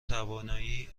توانایی